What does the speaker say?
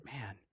man